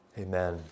Amen